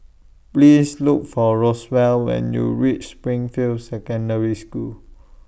Please Look For Roswell when YOU REACH Springfield Secondary School